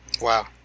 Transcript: Wow